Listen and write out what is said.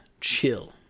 chill